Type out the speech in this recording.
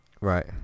Right